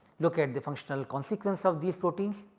look at the functional consequence of these proteins,